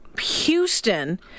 Houston